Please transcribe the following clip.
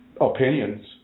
opinions